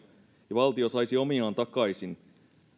ja valtio saisi omiaan takaisin